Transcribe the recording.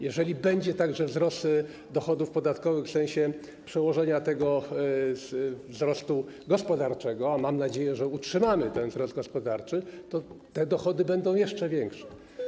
Jeżeli będzie także wzrost dochodów podatkowych w sensie przełożenia wzrostu gospodarczego, a mam nadzieję, że utrzymamy ten wzrost gospodarczy, to te dochody będą jeszcze większe.